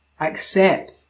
accept